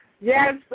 Yes